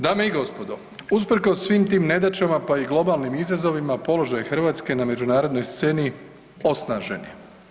Dame i gospodo, usprkos svim tim nedaćama pa i globalnim izazovima položaj Hrvatske na međunarodnoj sceni osnažen je.